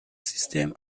system